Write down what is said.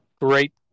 great